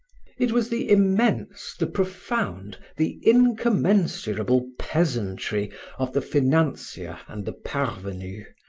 it was the immense, the profound, the incommensurable peasantry of the financier and the parvenu,